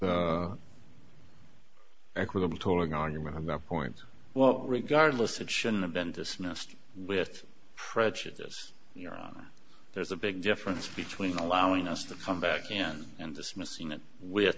the equitable tolling argument on that point well regardless it shouldn't have been dismissed with prejudice you know there's a big difference between allowing us to come back again and dismissing it with